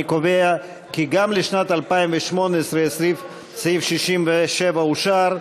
אני קובע כי גם לשנת 2018 סעיף 67 אושר.